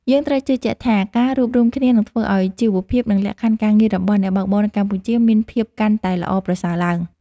យើងត្រូវជឿជាក់ថា ការរួបរួមគ្នានឹងធ្វើឱ្យជីវភាព និងលក្ខខណ្ឌការងាររបស់អ្នកបើកបរនៅកម្ពុជាមានភាពកាន់តែល្អប្រសើរឡើង។